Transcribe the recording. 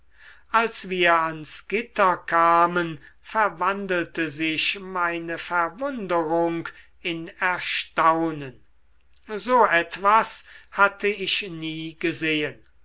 als wir ans gitter kamen verwandelte sich meine verwunderung in erstaunen so etwas hatte ich nie gesehen